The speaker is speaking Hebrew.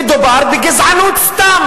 מדובר בגזענות סתם,